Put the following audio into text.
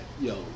yo